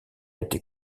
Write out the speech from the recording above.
été